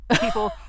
people